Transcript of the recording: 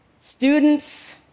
students